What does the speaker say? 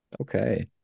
Okay